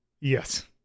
Yes